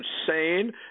insane